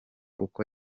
uko